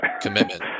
commitment